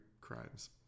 crimes